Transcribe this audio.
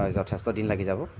হয় যথেষ্ট দিন লাগি যাব